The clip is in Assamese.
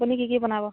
আপুনি কি কি বনাব